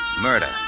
murder